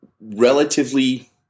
relatively